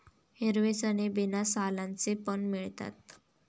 हिरवे चणे बिना सालांचे पण मिळतात